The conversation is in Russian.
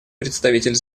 представитель